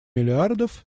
миллиардов